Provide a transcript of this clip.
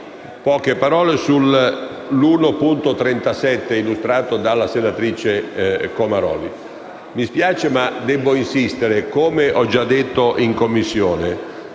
poche parole sull'emendamento 1.37, illustrato dalla senatrice Comaroli. Mi spiace, ma debbo insistere. Come ho già detto in Commissione,